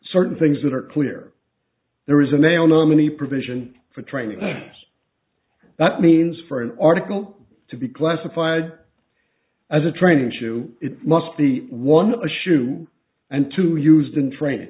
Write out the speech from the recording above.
certain things that are clear there is a nail nominee provision for training us that means for an article to be classified as a training issue it must be one of a shoe and two used in training